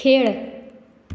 खेळ